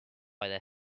their